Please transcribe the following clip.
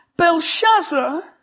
Belshazzar